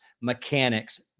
mechanics